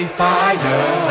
fire